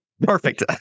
Perfect